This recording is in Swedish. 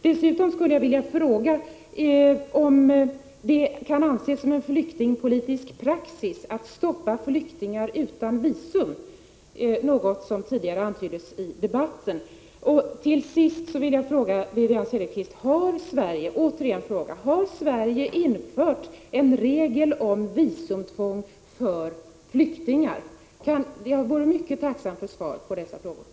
Dessutom vill jag fråga om det kan anses vara en flyktingpolitisk praxis att stoppa flyktingar utan visum — något som antyddes tidigare i debatten. Jag vore mycket tacksam för svar på dessa frågor.